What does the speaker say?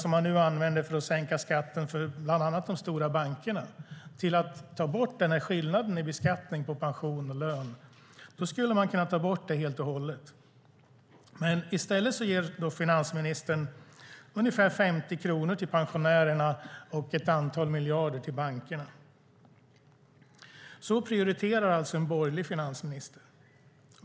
Om man använde hälften av detta till att ta bort skillnaden i beskattning av pension och lön skulle man kunna ta bort den helt och hållet. I stället ger finansministern ungefär 50 kronor till pensionärerna och ett antal miljarder till bankerna. Så prioriterar alltså en borgerlig finansminister.